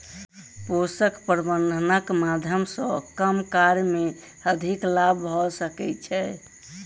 पोषक प्रबंधनक माध्यम सॅ कम कार्य मे अधिक लाभ भ सकै छै